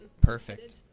Perfect